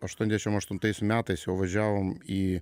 aštuoniasdešimt aštuntais metais jau važiavom į